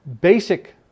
basic